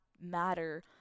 matter